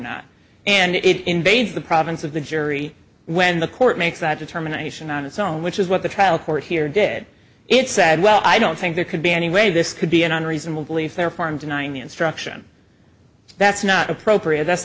not and it invades the province of the jury when the court makes that determination on its own which is what the trial court here did it said well i don't think there could be any way this could be an unreasonable belief their farm denying the instruction that's not appropriate that's